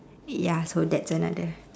ya so that's another